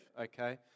okay